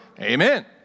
amen